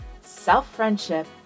self-friendship